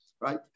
right